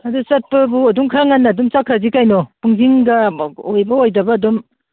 ꯑꯗꯨ ꯆꯠꯄꯕꯨ ꯑꯗꯨꯝ ꯈꯔ ꯉꯟꯅ ꯑꯗꯨꯝ ꯆꯠꯈ꯭ꯔꯁꯤ ꯀꯩꯅꯣ ꯄꯨꯡꯁꯤꯡꯗ ꯑꯣꯏꯕ ꯑꯣꯏꯗꯕ ꯑꯗꯨꯝ